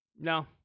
No